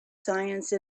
science